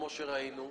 כפי שראינו.